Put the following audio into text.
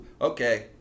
Okay